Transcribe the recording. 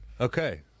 Okay